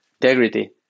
integrity